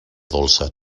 dolça